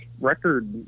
record